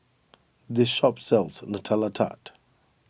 this shop sells Nutella Tart